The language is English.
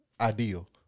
Ideal